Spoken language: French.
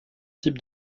types